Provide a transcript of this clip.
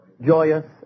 Joyous